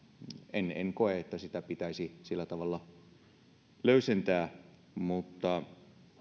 en en koe että sitä pitäisi sillä tavalla löysentää mutta